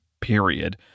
period